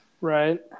Right